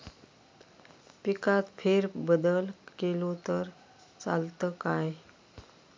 पिकात फेरबदल केलो तर चालत काय?